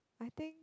I think